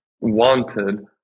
wanted